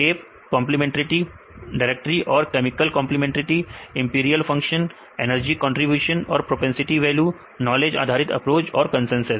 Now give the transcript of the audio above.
shape complementarity directory और chemical complementarity empirical function energy contribution और propensity value knowledge आधारित approach और consensus